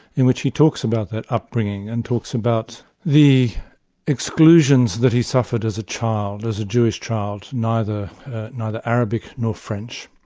in which he talks about that upbringing, and talks about the exclusions that he suffered as a child, as a jewish child, neither neither arabic nor french.